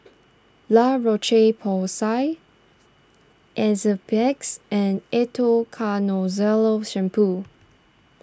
La Roche Porsay Enzyplex and Ketoconazole Shampoo